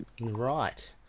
Right